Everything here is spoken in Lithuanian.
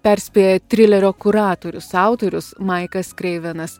perspėja trilerio kuratorius autorius maikas kreivenas